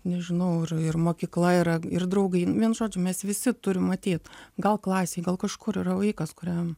nežinau ir ir mokykla yra ir draugai vienu žodžiu mes visi turim matyt gal klasėj gal kažkur yra vaikas kuriam